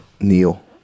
Neil